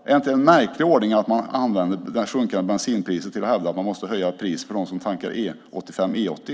Är det inte en märklig ordning att man använder det sjunkande bensinpriset till att hävda att man måste höja priset för dem som tankar E 85 eller E 80?